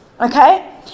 Okay